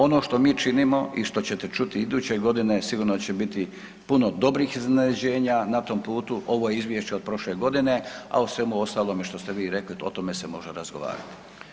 Ono što mi činimo i što ćete čuti iduće godine sigurno će biti puno dobrih iznenađenja na tom putu, ovo je izvješće od prošle godine, a u svemu ostalom što ste vi rekli o tome se može razgovarati.